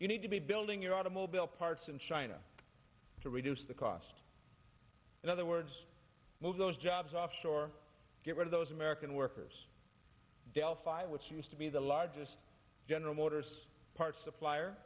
you need to be building your automobile parts in china to reduce the cost in other words move those jobs offshore get rid of those american workers delphi which used to be the largest general motors parts supplier